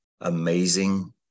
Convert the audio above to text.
amazing